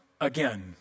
again